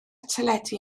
teledu